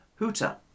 Huta